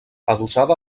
adossada